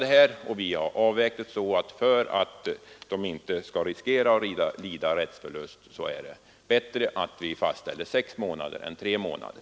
Vi har gjort den avvägningen att det, för att dessa barn inte skall lida rättsförlust, är bättre att vi fastställer en tidsfrist på sex månader än en tidsfrist på tre månader.